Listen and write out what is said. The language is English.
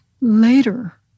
Later